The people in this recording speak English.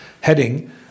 heading